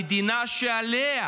הם מסתכלים על המדינה שעליה,